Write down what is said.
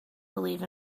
believe